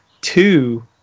two